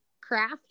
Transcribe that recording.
craft